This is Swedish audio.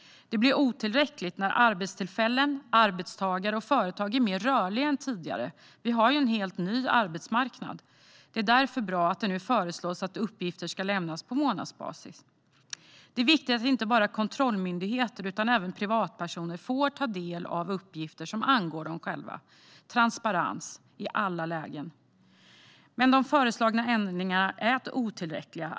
Det blir otillräckligt när arbetstillfällen, arbetstagare och företag är mer rörliga än tidigare; vi har en helt ny arbetsmarknad. Det är därför bra att det nu föreslås att uppgifter ska lämnas på månadsbasis. Det är viktigt att inte bara kontrollmyndigheter utan även privatpersoner får ta del av uppgifter som angår dem själva - transparens i alla lägen. Men de föreslagna ändringarna är otillräckliga.